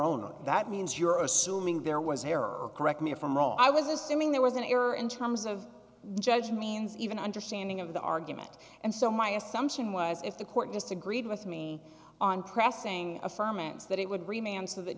means you're assuming there was error correct me if i'm wrong i was assuming there was an error in terms of judge means even understanding of the argument and so my assumption was if the court just agreed with me on pressing a furman's that it would remain and so th